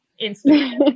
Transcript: Instagram